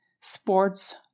sports